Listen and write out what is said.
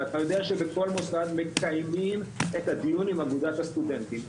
ואתה יודע שבכל מוסד מקיימים את הדיון עם אגודת הסטודנטים.